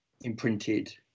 imprinted